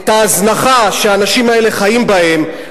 את ההזנחה שהאנשים האלה חיים בהם,